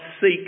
seek